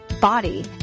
body